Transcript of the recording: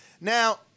Now